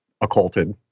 occulted